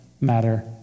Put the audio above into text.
matter